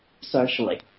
socially